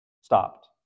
stopped